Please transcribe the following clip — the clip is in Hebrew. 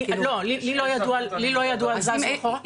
לי לא ידוע על זה שהם זזו אחורה.